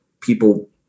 people